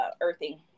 earthing